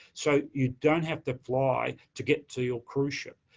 so, you don't have to fly to get to your cruise ship.